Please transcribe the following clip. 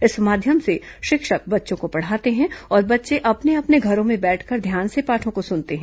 इस माध्यम से शिक्षक बच्चों को पढ़ाते हैं और बच्चे अपने अपने घरों में बैठकर ध्यान से पाठों को सुनते हैं